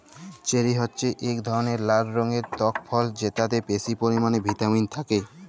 cherry হছে ইক ধরলের লাল রঙের টক ফল যেটতে বেশি পরিমালে ভিটামিল থ্যাকে